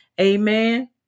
amen